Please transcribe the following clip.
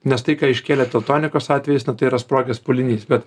nes tai ką iškėlė teltonikos atvejis na tai yra sprogęs pūlinys bet